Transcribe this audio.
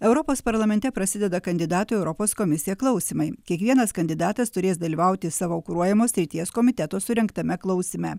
europos parlamente prasideda kandidatų į europos komisiją klausymai kiekvienas kandidatas turės dalyvauti savo kuruojamos srities komiteto surengtame klausyme